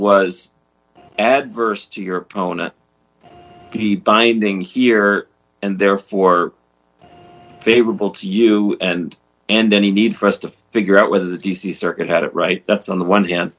was adverse to your own finding here and therefore favorable to you and and any need for us to figure out whether the d c circuit had it right that's on the one an